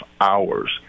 hours